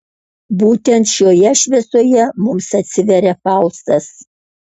būtent šioje šviesoje mums atsiveria faustas